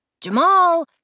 Jamal